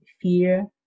fear